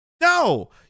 No